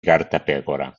cartapecora